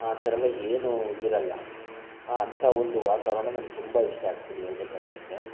ಆ ಥರ ಎಲ್ಲ ಏನೂ ಇದಿರಲ್ಲ ಅಂಥ ಒಂದು ವಾತಾವರಣ ನನಗೆ ತುಂಬ ಇಷ್ಟ ಆ್ಯಕ್ಚುಲಿ ಹೇಳ್ಬೇಕಂತಂದ್ರೆ